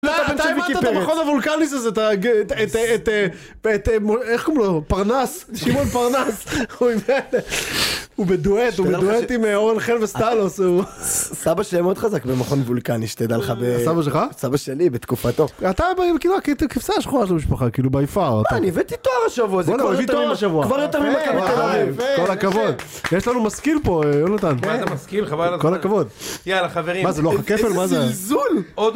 אתה הבנת את המכון הוולקני הזה, את... איך קוראים לו? פרנס? שמעון פרנס. הוא בדואט, הוא בדואט עם אורן חן וסטלוס. סבא שלי מאוד חזק במכון הוולקני, אתה יודע לך? הסבא שלך? סבא שלי בתקופתו. אתה כאילו הכבשה השחורה של המשפחה, כאילו by far. אני הבאתי תואר השבוע, זה כבר יותר ממכבי תל אביב, כל הכבוד. יש לנו משכיל פה, יונתן. מה אתה משכיל? חבל עלזה. כל הכבוד. יאללה חברים. מה זה לוח הכפל? מה זה? זה זלזול!